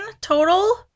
total